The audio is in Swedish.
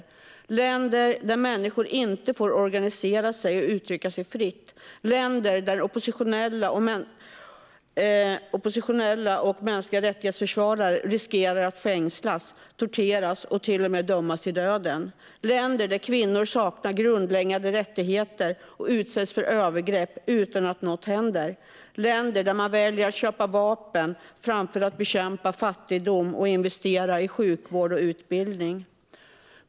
Det gäller länder där människor inte får organisera sig och uttrycka sig fritt, länder där oppositionella och mänskliga rättighetsförsvarare riskerar att fängslas, torteras och till och med att dömas till döden, länder där kvinnor saknar grundläggande rättigheter och utsätts för övergrepp utan att något händer samt länder där man väljer att köpa vapen framför att bekämpa fattigdom och investera i sjukvård och utbildning.